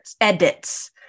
edits